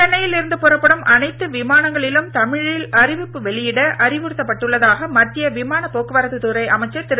சென்னையில் இருந்து புறப்படும் அனைத்து விமானங்களிலும் தமிழில் அறிவிப்பு வெளியிட அறிவுறுத்தப்பட்டுள்ளதாக மத்திய விமானப் போக்குவரத்துத்துறை அமைச்சர் திரு